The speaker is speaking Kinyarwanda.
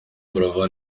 buravan